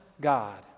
God